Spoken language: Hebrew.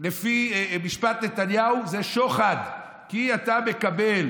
לפי משפט נתניהו זה שוחד, כי אתה מקבל